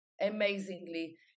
amazingly